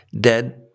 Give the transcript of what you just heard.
dead